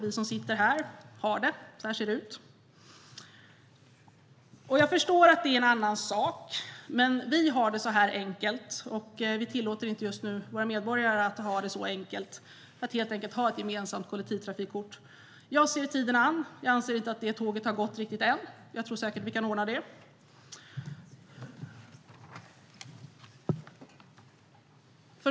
Vi som sitter här har det ju. Jag förstår att det är en annan sak. Vi har det så här enkelt, men vi tillåter just nu inte våra medborgare att ha det så enkelt, att helt enkelt ha ett gemensamt kollektivtrafikkort. Jag ser tiden an. Jag anser inte att det tåget har gått riktigt än. Jag tror säkert att vi kan ordna det.